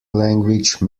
language